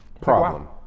Problem